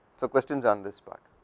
so questions on this part,